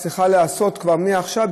צריכה להיעשות כבר עכשיו,